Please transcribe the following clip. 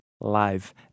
live